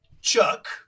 Chuck